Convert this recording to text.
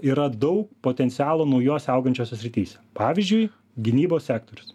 yra daug potencialo naujuose augančiuose srityse pavyzdžiui gynybos sektorius